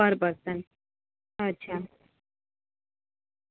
પર પર્સન અચ્છા